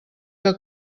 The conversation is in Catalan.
que